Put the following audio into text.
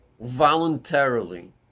voluntarily